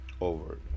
over